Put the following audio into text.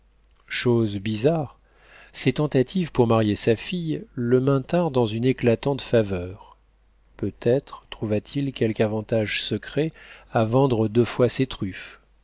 chose bizarre ses tentatives pour marier sa fille le maintinrent dans une éclatante faveur peut-être trouva-t-il quelque avantage secret à vendre deux fois ses truffes